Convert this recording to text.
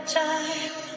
time